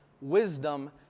wisdom